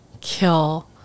kill